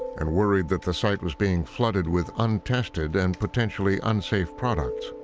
and worried that the site was being flooded with untested and potentially unsafe products.